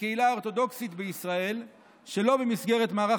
בקהילה אורתודוקסית בישראל שלא במסגרת מערך